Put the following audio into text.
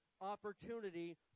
opportunity